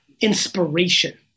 inspiration